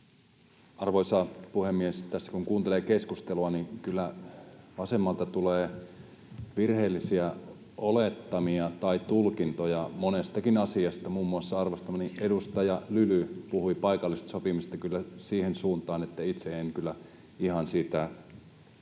Arvoisa puhemies! Tässä kun kuuntelee keskustelua, niin kyllä vasemmalta tulee virheellisiä olettamia tai tulkintoja monestakin asiasta. Muun muassa arvostamani edustaja Lyly puhui paikallisesta sopimisesta kyllä siihen suuntaan, että itse en siitä kyllä